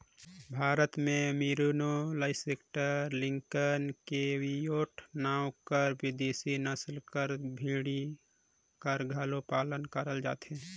भारत में merino, Leicester, Lincoln, Cheviot नांव कर बिदेसी नसल कर भेड़ी कर घलो पालन करल जाथे